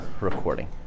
recording